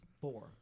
Four